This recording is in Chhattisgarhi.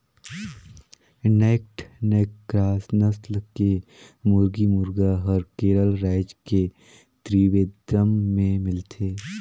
नैक्ड नैक क्रास नसल के मुरगी, मुरगा हर केरल रायज के त्रिवेंद्रम में मिलथे